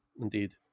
Indeed